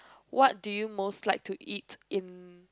what do you most like to eat in